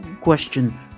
question